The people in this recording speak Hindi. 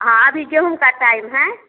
हाँ अभी गेहूँ का टाइम है